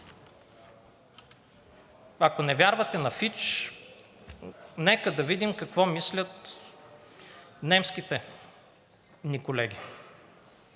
Ако не вярвате на „Фич“, нека да видим какво мислят немските ни колеги.